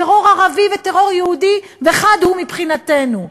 טרור ערבי וטרור יהודי חד הם מבחינתנו.